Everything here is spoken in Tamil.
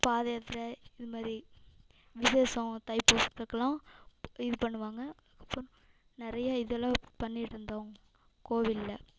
பாதயாத்திரை இது மாதிரி விசேசம் தைப்பூசத்துக்கெல்லாம் இது பண்ணுவாங்க அதுக்கப்புறம் நிறைய இதெலாம் பண்ணிட்டுருந்தோம் கோவிலில்